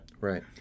right